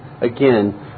again